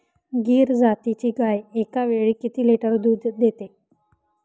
गीर जातीची गाय एकावेळी किती लिटर दूध देते?